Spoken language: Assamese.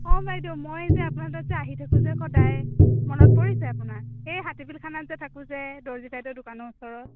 অঁ বাইদেউ মই যে আপোনাৰ তাত যে আহি থাকো যে সদায় মনত পৰিছে আপোনাৰ সেই হাতীপিলখানাত যে থাকোঁ যে দৰ্জী বাইদেউৰ দোকানৰ ওচৰত